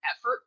effort